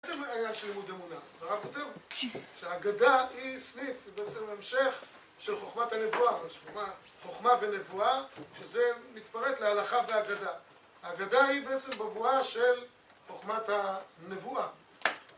בעצם העניין של לימוד אמונה, אז הרב כותב, שההגדה היא סניף, ובעצם המשך של חוכמת הנבואה. חוכמה ונבואה, שזה מתפרט להלכה והגדה. ההגדה היא בעצם בבואה של חוכמת הנבואה.